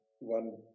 one